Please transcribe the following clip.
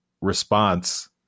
response